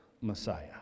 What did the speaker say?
Messiah